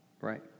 right